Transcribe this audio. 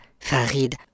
Farid